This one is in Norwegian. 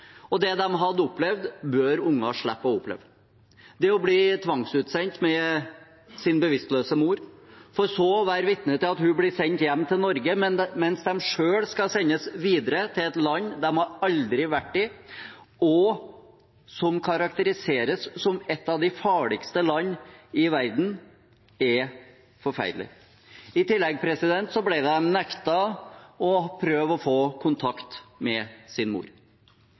og det de hadde opplevd, bør unger slippe å oppleve. Det å bli tvangsutsendt med sin bevisstløse mor for så å være vitne til at hun blir sendt hjem til Norge, mens de selv skal sendes videre til et land de aldri har vært i, og som karakteriseres som et av de farligste landene i verden, er forferdelig. I tillegg ble de nektet å prøve å få kontakt med sin mor.